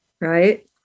right